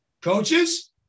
Coaches